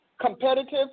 Competitive